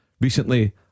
recently